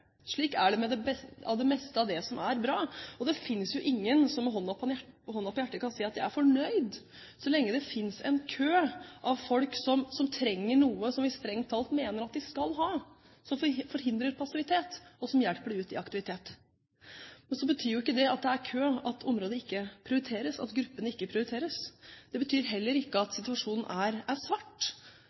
Slik er det med det meste av det som er bra. Det finnes jo ingen som med hånden på hjertet kan si at de er fornøyd så lenge det finnes en kø av folk som trenger noe vi strengt tatt mener de skal ha, som forhindrer passivitet, og som hjelper dem ut i aktivitet. Men det at det er kø, betyr jo ikke at området ikke prioriteres, at gruppen ikke prioriteres. Det betyr heller ikke at situasjonen er svart. Nivået er